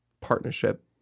partnership